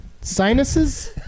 sinuses